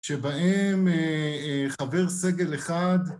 שבהם אה אה... חבר סגל אחד